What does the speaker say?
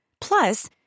Plus